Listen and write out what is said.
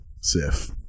Sif